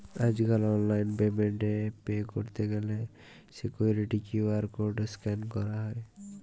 আজ কাল online payment এ পে ক্যরত গ্যালে সিকুইরিটি কিউ.আর কড স্ক্যান ক্যরা হ্য়